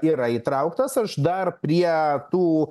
yra įtrauktas aš dar prie tų